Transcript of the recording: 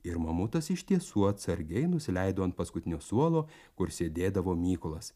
ir mamutas iš tiesų atsargiai nusileido ant paskutinio suolo kur sėdėdavo mykolas